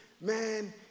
man